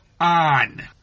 on